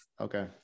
Okay